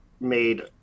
made